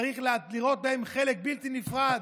צריך לראות בהם חלק בלתי נפרד.